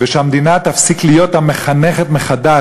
ושהמדינה תפסיק להיות המחנכת-מחדש